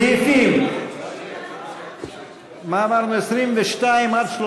סעיפים 22 37 נתקבלו.